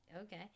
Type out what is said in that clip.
okay